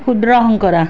ক্ষুদ্ৰ শংকৰা